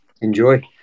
enjoy